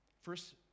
First